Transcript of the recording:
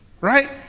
right